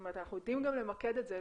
זאת אומרת אנחנו יודעים גם למקד את זה,